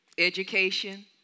education